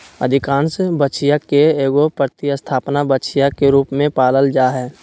अधिकांश बछिया के एगो प्रतिस्थापन बछिया के रूप में पालल जा हइ